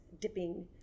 dipping